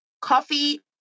coffee